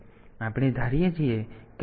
તેથી આપણે ધારીએ છીએ કે આ ફરજ ચક્ર 50 ટકા છે